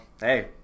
hey